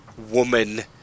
woman